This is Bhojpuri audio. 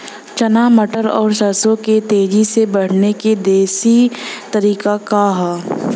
चना मटर और सरसों के तेजी से बढ़ने क देशी तरीका का ह?